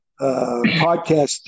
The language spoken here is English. podcast